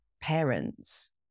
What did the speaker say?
parents